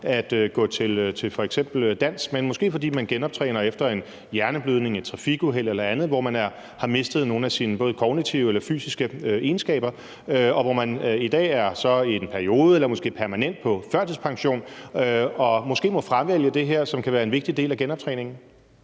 at gå til f.eks. dans, men det måske er, fordi man genoptræner efter en hjerneblødning, et trafikuheld eller andet, hvor man har mistet nogle af sine kognitive eller fysiske egenskaber, og hvor man i dag så i en periode eller måske permanent er på førtidspension og måske må fravælge det her, som kan være en vigtig del af genoptræningen.